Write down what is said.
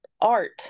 art